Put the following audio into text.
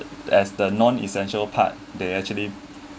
as the non essential part they actually